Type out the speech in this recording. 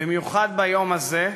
במיוחד ביום הזה,